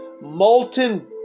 molten